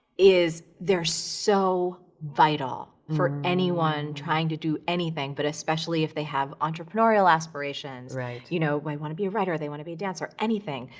is, they're so vital for anyone trying to do anything, but especially if they have entrepreneurial aspirations. right. you know, they wanna be a writer, they wanna be a dancer. anything.